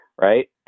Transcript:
Right